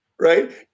right